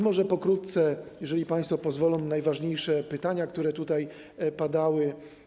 Może pokrótce, jeżeli państwo pozwolą, odpowiem na najważniejsze pytania, które tutaj padały.